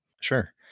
Sure